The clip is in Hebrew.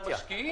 אנחנו משקיעים.